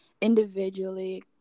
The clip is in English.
individually